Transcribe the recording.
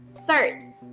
Third